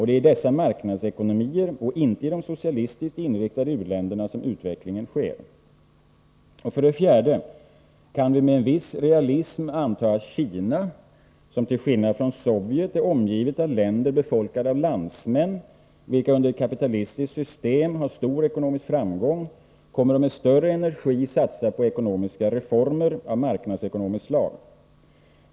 Det är i dessa marknadsekonomier och inte i de socialistiskt inriktade u-länderna som utvecklingen sker. För det fjärde kan vi med viss realism anta att Kina, som till skillnad från Sovjet är omgivet av länder befolkade av landsmän, vilka under ett kapitalistiskt system har stor ekonomisk framgång, kommer att med större energi satsa på ekonomiska reformer av marknadsekonomiskt slag.